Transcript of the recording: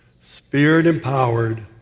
spirit-empowered